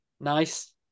Nice